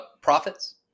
profits